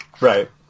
Right